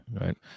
right